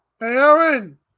Aaron